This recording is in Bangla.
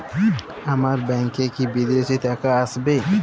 আমার ব্যংকে কি বিদেশি টাকা আসবে?